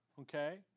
Okay